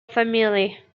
family